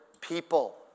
people